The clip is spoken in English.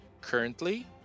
Currently